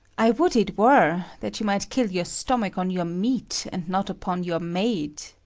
i would it were, that you might kill your stomach on your meat and not upon your maid.